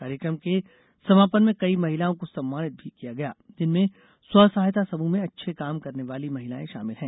कार्यक्रम के समापन में कई महिलाओं को सम्मानित भी किया गया जिनमें स्व सहायता समूह में अच्छे काम करने वाली महिलाएं शामिल हैं